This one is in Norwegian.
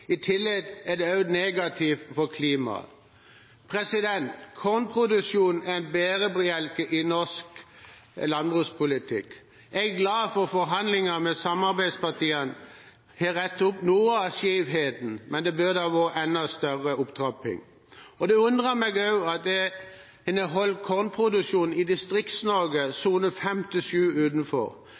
I tillegg er det negativt for klimaet. Kornproduksjon er en bærebjelke i norsk landbrukspolitikk. Jeg er glad for at forhandlingene med samarbeidspartiene har rettet opp noe av skjevheten, men det burde vært en enda større opptrapping. Det undrer meg også at en har holdt kornproduksjon i Distrikts-Norge, sone 5 til sone 7, utenfor.